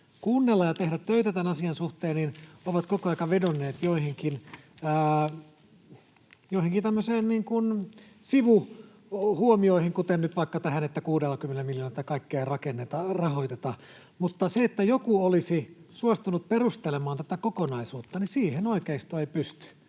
kuunnella ja tehdä töitä tämän asian suhteen, ovat koko ajan vedonneet joihinkin tämmöisiin sivuhuomioihin, kuten nyt vaikka tähän, että 60 miljoonalla tätä kaikkea ei rahoiteta, mutta siihen, että joku olisi suostunut perustelemaan tätä kokonaisuutta, oikeisto ei pysty.